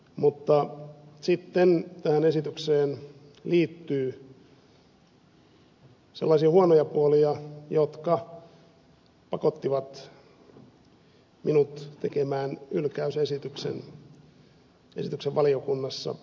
mutta sitten tähän esitykseen liittyy sellaisia huonoja puolia jotka pakottivat minut tekemään hylkäysesityksen valiokunnassa